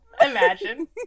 imagine